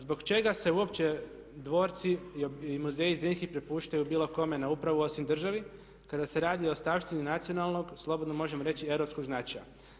Zbog čega se uopće dvorci i muzeji Zrinski prepuštaju bilo kome na upravu osim državi kada se radi o ostavštini nacionalnog, slobodno možemo reći europskog značaja?